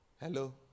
hello